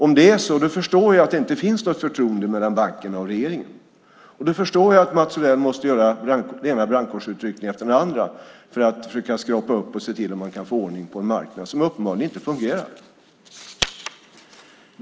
Om det är så förstår jag att det inte finns något förtroende mellan bankerna och regeringen, och då förstår jag att Mats Odell måste göra den ena brandkårsutryckningen efter den andra för att försöka skrapa upp och se till att man kan få ordning på en marknad som uppenbarligen inte fungerar.